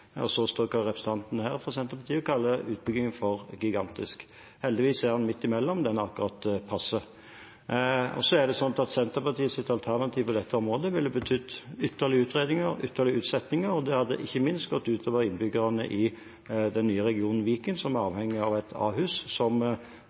og så står denne representanten fra Senterpartiet her og kaller utbyggingen for gigantisk. Heldigvis er den midt imellom, den er akkurat passe. Senterpartiets alternativ på dette området ville betydd ytterligere utredninger, ytterligere utsettinger, og det hadde ikke minst gått ut over innbyggerne i den nye regionen Viken, som er avhengig av